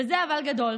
וזה אבל גדול,